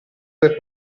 per